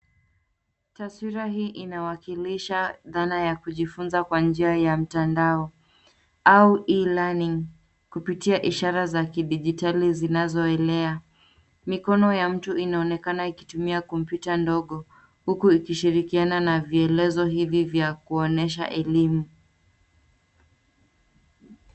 Taswira hii inawakilisha dhana ya kujifunza kwa njia ya mtandao au e-learning kupitia ishara za kidijitali zinazoelea. Mikono ya mtu inaonekana ikitumia kompyuta ndogo, huku ikishirikiana na vielezo hivi vya kuonyesha elimu.